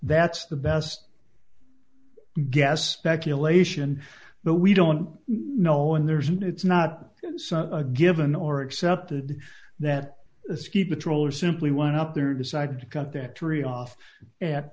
that's the best gas speculation but we don't know and there's and it's not a given or accepted that a ski patroller simply went up there decided to cut that tree off at